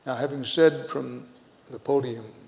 having said from the podium